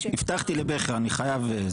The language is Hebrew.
אני חייב.